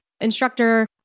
instructor